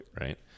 right